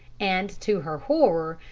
and, to her horror,